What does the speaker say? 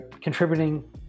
contributing